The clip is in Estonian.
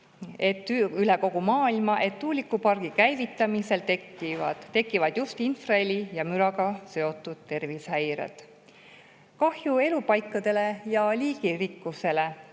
isiklik kogemus, et tuulikupargi käivitamisel tekivad just infraheli ja müraga seotud tervisehäired. Kahju elupaikadele ja liigirikkusele.